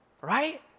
Right